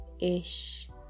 ish